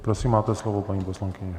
Prosím, máte slovo, paní poslankyně.